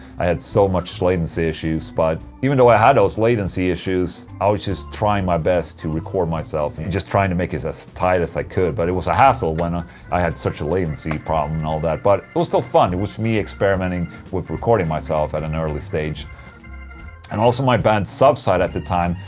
i had so much latency issues, but. even though i had those latency issues, i was just trying my best to record myself just trying to make it as tight as i could but it was a hassle when ah i had such a latency problem and all that but it was still fun, it was me experimenting with recording myself at an early stage and also my band subside at the time,